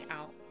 out